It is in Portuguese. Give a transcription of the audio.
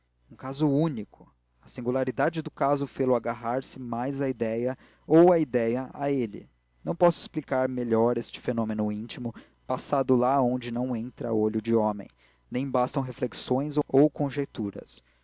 um caso único a singularidade do caso fê-lo agarrar se mais à ideia ou a ideia a ele não posso explicar melhor este fenômeno íntimo passado lá onde não entra olho de homem nem bastam reflexões ou conjecturas